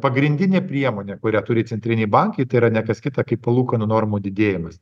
pagrindinė priemonė kurią turi centriniai bankai tai yra ne kas kita kaip palūkanų normų didėjimas